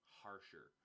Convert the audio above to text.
harsher